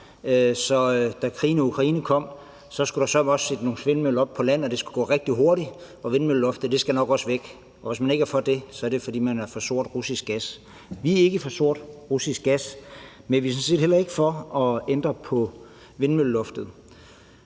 da krigen brød ud, sørme også skulle sættes nogle vindmøller op på land, og det skulle gå rigtig hurtigt, og man sagde, at vindmølleloftet nok også skulle væk, og hvis man ikke er for det, er det, fordi man er for sort russisk gas. Vi går ikke ind for sort russisk gas, men vi går sådan set heller ikke ind for at ændre på vindmølleloftet.